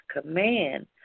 command